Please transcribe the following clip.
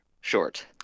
short